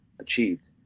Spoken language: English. achieved